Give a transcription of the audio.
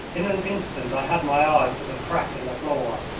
in an instant i had my eye to the crack in the floor.